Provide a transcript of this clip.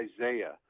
Isaiah